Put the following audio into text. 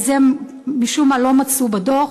את זה, משום מה, לא מצאו בדוח.